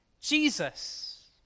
Jesus